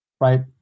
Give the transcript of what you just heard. right